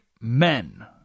men